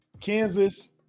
Kansas